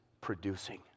producing